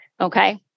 Okay